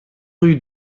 rue